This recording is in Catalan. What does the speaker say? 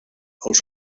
els